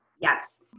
Yes